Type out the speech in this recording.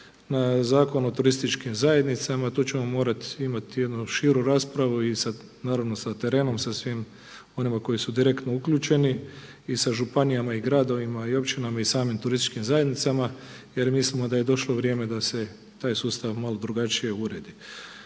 na Zakon o turističkim zajednicama, tu ćemo morati imati jednu širu raspravu i sa, naravno sa terenom, sa svim onima koji su direktno uključeni i sa županijama i gradovima i općinama i samim turističkim zajednicama jer mislimo da je došlo vrijeme da se taj sustav malo drugačije uredi.